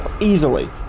Easily